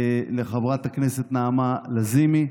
לחברת הכנסת נעמה לזימי.